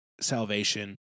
salvation